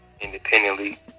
independently